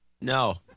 No